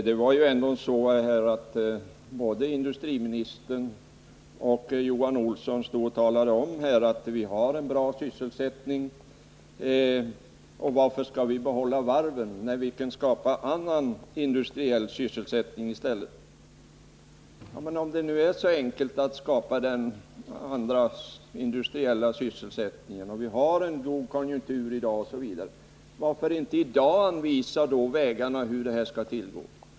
Herr talman! Både industriministern och Johan Olsson talade om att vi har en bra sysselsättning och frågade varför vi skall behålla varven när vi kan skapa annan industriell sysselsättning i stället. Men om det nu är så enkelt att skapa annan industriell sysselsättning och vi har en god konjunktur i dag, varför inte i dag anvisa vägarna för hur detta skall gå till?